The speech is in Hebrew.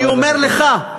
אני אומר לך,